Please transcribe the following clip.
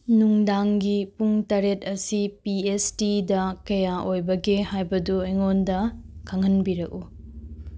ꯅꯨꯡꯗꯥꯡꯒꯤ ꯄꯨꯡ ꯇꯔꯦꯠ ꯑꯁꯤ ꯄꯤ ꯑꯦꯁ ꯇꯤꯗ ꯀꯌꯥ ꯑꯣꯏꯕꯒꯦ ꯍꯥꯏꯕꯗꯨ ꯑꯩꯉꯣꯟꯗ ꯈꯪꯍꯟꯕꯤꯔꯛꯎ